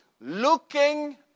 looking